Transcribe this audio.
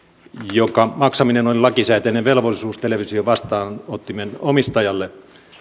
jonka maksaminen oli lakisääteinen velvollisuus televisiovastaanottimen omistajalle